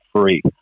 free